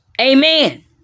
Amen